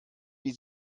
wie